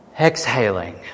exhaling